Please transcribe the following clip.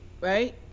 right